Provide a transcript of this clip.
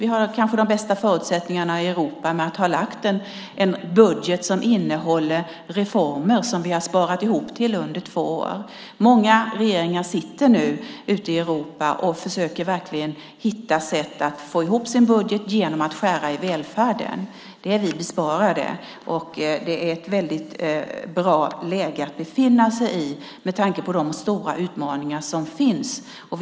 Vi har kanske de bästa förutsättningarna i Europa. Vi har lagt fram en budget som innehåller reformer som vi har sparat ihop till i två år. Många regeringar i Europa försöker nu hitta sätt att få ihop sin budget genom att skära i välfärden. Det är vi besparade från. Vi befinner oss i ett bra läge med tanke på de stora utmaningar vi står inför.